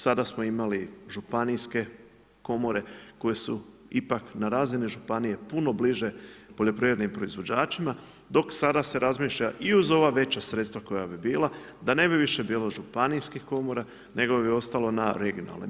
Sada smo imali županijske komore koje su ipak na razini županije puno bliže poljoprivrednim proizvođačima dok sada se razmišlja i uz ova veća sredstva koja bi bila, da ne bi više bilo županijskih komora, nego bi ostalo na regionalnim.